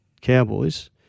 Cowboys